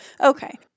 Okay